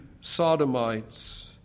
sodomites